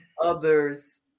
others